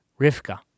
Rivka